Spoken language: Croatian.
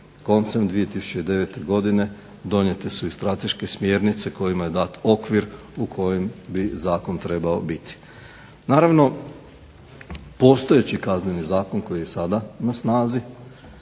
Koncem 2009. godine donijete su i strateške smjernice kojima je dat okvir u kojem bi zakon trebao biti. Naravno, postojeći Kazneni zakon koji je sada na snazi